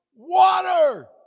Water